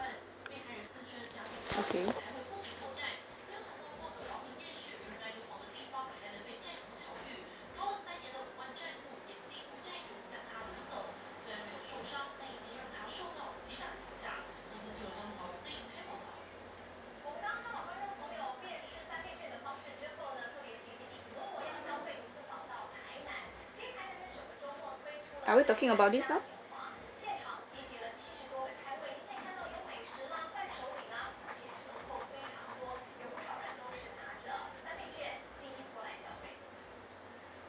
okay are we talking about this now